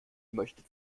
möchte